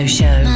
show